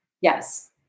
Yes